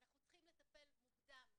אנחנו צריכים לטפל מוקדם,